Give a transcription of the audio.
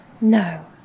No